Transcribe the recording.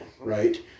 right